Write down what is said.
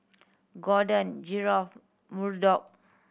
Gordon Geoff Murdock